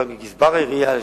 גם כגזבר העירייה לשעבר,